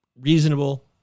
reasonable